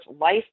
life